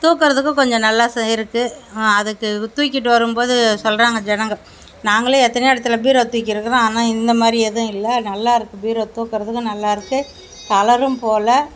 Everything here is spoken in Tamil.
தூக்குறதுக்கும் கொஞ்சம் நல்லா இருக்குது அதுக்கு தூக்கிட்டு வரும்போது சொல்கிறாங்க ஜனங்கள் நாங்களே எத்தனையோ இடத்துல பீரோ தூக்கியிருக்குறோம் ஆனால் இந்த மாதிரி எதுவும் இல்லை நல்லாயிருக்கு பீரோ தூக்குறதுக்கும் நல்லாயிருக்கு கலரும் போகல